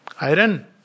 Iron